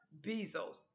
Bezos